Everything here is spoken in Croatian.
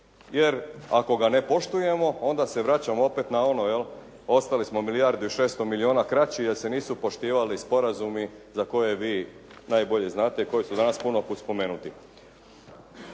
Jer ako ga ne poštujemo onda se vraćamo opet na ono jel', ostali smo milijardu i 600 milijuna kraći jer se nisu poštivali sporazumi za koje vi najbolje znate i koji su danas puno puta spomenuti.